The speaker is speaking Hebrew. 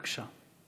בבקשה.